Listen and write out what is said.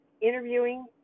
interviewing